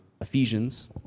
Ephesians